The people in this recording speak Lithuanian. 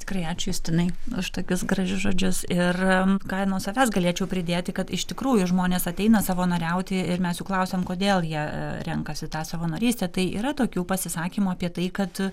tikrai ačiū justinui už tokius gražius žodžius ir ką ir nuo savęs galėčiau pridėti kad iš tikrųjų žmonės ateina savanoriauti ir mes jų klausiam kodėl jie renkasi tą savanorystę tai yra tokių pasisakymų apie tai kad